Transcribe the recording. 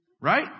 Right